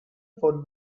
fon